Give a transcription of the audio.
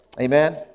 Amen